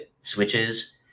switches